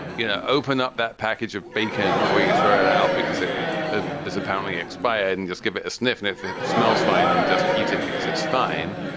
you know, open up that package of bacon before you throw it out, because it ah is apparently expired and just give it a sniff. and if it smells fine, then just eat it because it's fine.